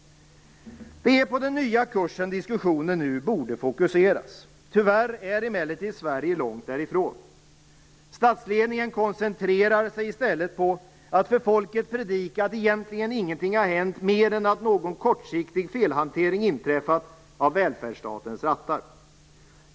Det är på den nya kursen diskussionen nu borde fokuseras. Tyvärr är emellertid Sverige långt därifrån. Statsledningen koncentrerar sig i stället på att för folket predika att egentligen ingenting har hänt, mer än att någon kortsiktig felhantering inträffat av välfärdsstatens rattar.